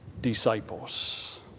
disciples